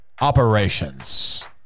operations